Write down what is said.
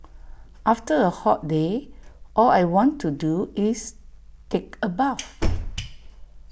after A hot day all I want to do is take A bath